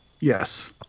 Yes